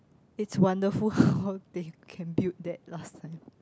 it's wonderful how they can build that last time